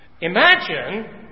Imagine